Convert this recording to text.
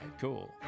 cool